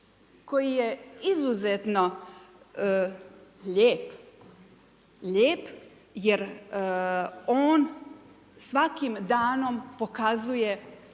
koji je izuzetno lijep jer on svakim danom pokazuje